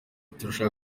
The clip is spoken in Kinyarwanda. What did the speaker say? turashaka